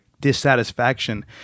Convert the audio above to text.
dissatisfaction